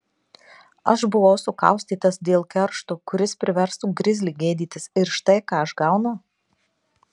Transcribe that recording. aš buvau sukaustytas dėl keršto kuris priverstų grizlį gėdytis ir štai ką aš gaunu